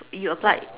you applied